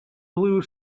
blue